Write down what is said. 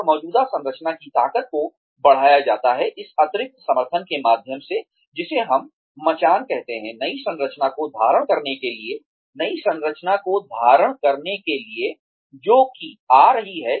और मौजूदा संरचना की ताकत को बढ़ाया जाता है इस अतिरिक्त समर्थन के माध्यम से जिसे हम मचान कहते हैं नई संरचना को धारण करने के लिए जो कि आ रही है